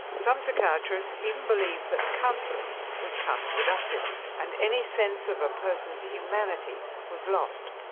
some psychiatrists even believed that counselling was counter-productive, and any sense of a person's humanity was lost.